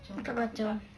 aku tak kacau